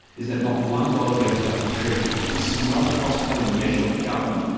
is that not one dollar goes back to treasury. this is not a cost-cutting measure of government,